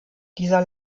dieser